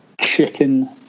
Chicken